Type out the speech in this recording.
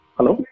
Hello